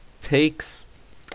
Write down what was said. takes